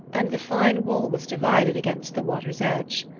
and the fine wool was divided against the water's edge.